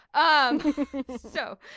um so,